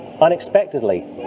unexpectedly